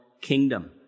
kingdom